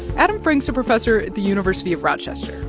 adam frank's a professor at the university of rochester.